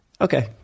okay